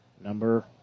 number